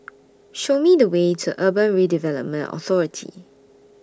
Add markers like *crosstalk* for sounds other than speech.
*noise* Show Me The Way to Urban Redevelopment Authority